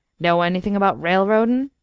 know anything about railroadin'?